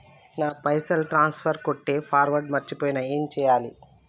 నా పైసల్ ట్రాన్స్ఫర్ కొట్టే పాస్వర్డ్ మర్చిపోయిన ఏం చేయాలి?